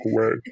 away